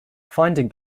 finding